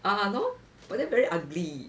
!hannor! but then very ugly